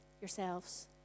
yourselves